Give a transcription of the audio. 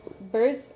birth